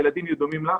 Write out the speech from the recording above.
הילדים יהיו דומים לך,